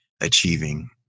achieving